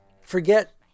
Forget